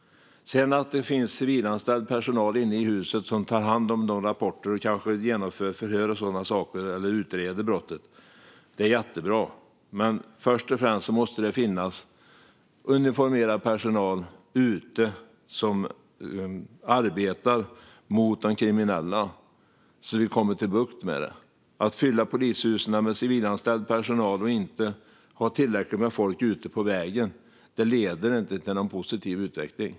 Att det sedan finns civilanställd personal inne i huset som tar hand om rapporter och kanske till exempel genomför förhör eller utreder brott är jättebra. Men först och främst måste det finnas uniformerad personal ute som arbetar mot de kriminella, så att vi får bukt med brottsligheten. Att fylla polishusen med civilanställd personal och inte ha tillräckligt med folk ute på vägen leder inte till någon positiv utveckling.